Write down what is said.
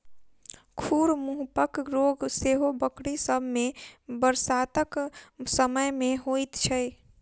खुर मुँहपक रोग सेहो बकरी सभ मे बरसातक समय मे होइत छै